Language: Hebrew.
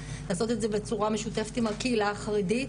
לעשות את זה בצורה משותפת עם הקהילה החרדית,